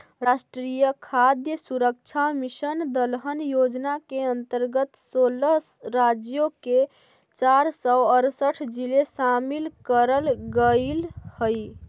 राष्ट्रीय खाद्य सुरक्षा मिशन दलहन योजना के अंतर्गत सोलह राज्यों के चार सौ अरसठ जिले शामिल करल गईल हई